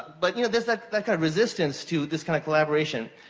but you know there's that like ah resistance to this kind of collaboration,